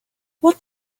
what